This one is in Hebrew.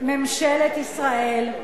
ממשלת ישראל,